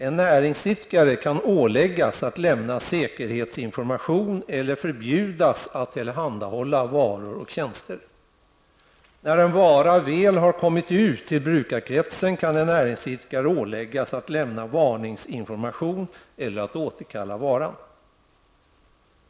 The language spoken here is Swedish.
En näringsidkare kan åläggas att lämna säkerhetsinformation eller förbjudas att tillhandahålla varor och tjänster. När en vara väl har kommit ut till brukarkretsen kan en näringsidkare åläggas att lämna varningsinformation eller att återkalla varan.